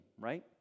right